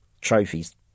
trophies